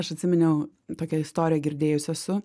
aš atsiminiau tokią istoriją girdėjus esu